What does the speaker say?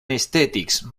aesthetic